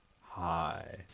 Hi